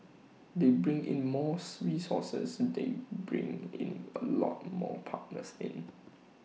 they bring in more resources they bring in A lot more partners in